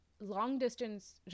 long-distance